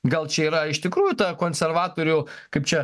gal čia yra iš tikrųjų ta konservatorių kaip čia